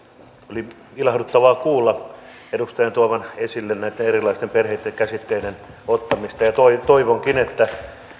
oli ilahduttavaa kuulla edustajan tuovan esille näiden erilaisten perheiden käsitteiden ottamista ja ja toivonkin että